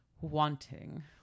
Wanting